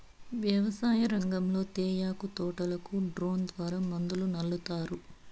వ్యవసాయ రంగంలో తేయాకు తోటలకు డ్రోన్ ద్వారా మందులు సల్లుతారు